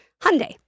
Hyundai